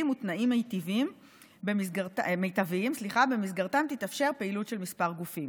ותנאים מיטביים שבמסגרתם תתאפשר פעילות של כמה גופים.